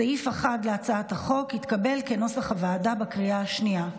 סעיף 1 להצעת החוק כנוסח הוועדה התקבל בקריאה השנייה.